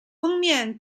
封面